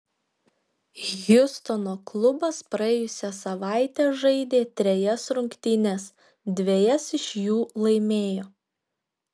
hjustono klubas praėjusią savaitę žaidė trejas rungtynes dvejas iš jų laimėjo